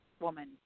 woman